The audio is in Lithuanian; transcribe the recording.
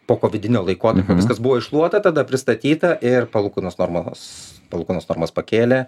pokovidinio laikotarpio viskas buvo iššluota tada pristatyta ir palūkanos normos palūkanų normas pakėlė